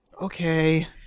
Okay